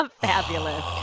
Fabulous